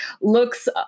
looks